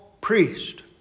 priest